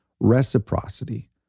reciprocity